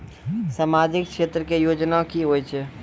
समाजिक क्षेत्र के योजना की होय छै?